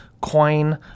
coin